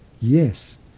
yes